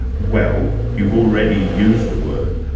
well you've already used the word.